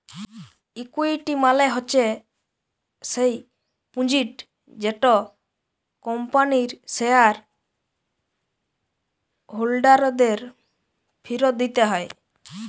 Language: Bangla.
ইকুইটি মালে হচ্যে স্যেই পুঁজিট যেট কম্পানির শেয়ার হোল্ডারদের ফিরত দিতে হ্যয়